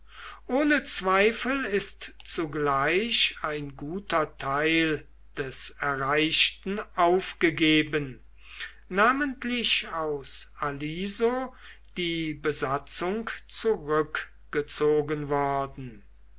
ohne zweifel ist zugleich ein guter teil des erreichten aufgegeben namentlich aus aliso die besatzung zurückgezogen worden